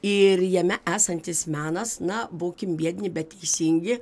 ir jame esantis menas na būkim biedni bet teisingi